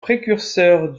précurseur